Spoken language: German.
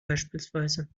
beispielsweise